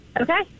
Okay